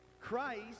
Christ